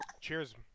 Cheers